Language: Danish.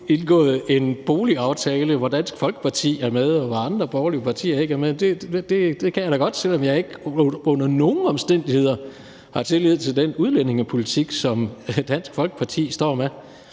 indgået en boligaftale, hvor Dansk Folkeparti er med, og hvor andre borgerlige partier ikke er med. Det kan jeg da godt, selv om jeg ikke under nogen omstændigheder har tillid til den udlændingepolitik, som Dansk Folkeparti står for.